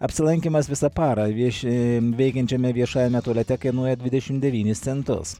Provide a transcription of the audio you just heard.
apsilankymas visą parą vieši veikiančiame viešajame tualete kainuoja dvidešimt devynis centus